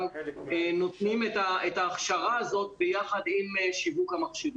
נותנים את ההכשרה הזאת ביחד עם שיווק המכשירים.